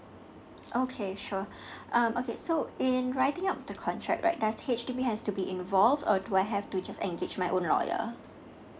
okay sure um okay so in writing up the contract right does H_D_B has to be involved or do I have to just engage my own lawyer